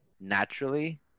naturally